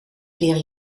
leren